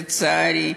לצערי,